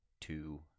two